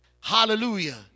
Hallelujah